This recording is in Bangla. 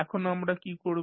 এখন আমরা কী করব